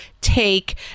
take